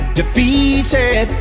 defeated